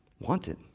wanted